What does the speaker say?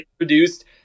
introduced